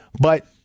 but-